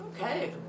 Okay